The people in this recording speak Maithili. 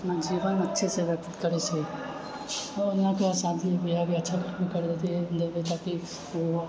अपना जीवन अच्छे से व्यतीत कर सकए शादी बिआह भी अच्छा घरमे कर सकी ताकि